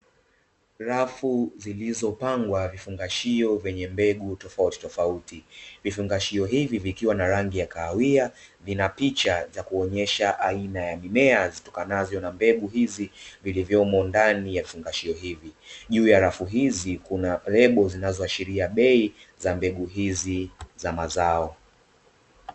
Rafu zilizopangwa vifungashio vyenye mbegu tofauti tofauti, vifungashio hivi vikiwa na rangi ya kahawia vinapicha vya kuonesha aina ya mimea zitokanazo na mbegu hizi vilivyomo ndani ya vifungashio hivi. Juu ya rafu hizi kuna lebo zinazoashiria bei za mbegu hizi za mazao.